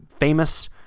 famous